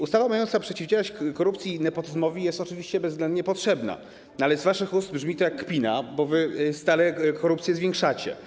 Ustawa mająca przeciwdziałać korupcji i nepotyzmowi jest oczywiście bezwzględnie potrzebna, ale z waszych ust brzmi to jak kpina, bo wy stale korupcję zwiększacie.